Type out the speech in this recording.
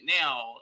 now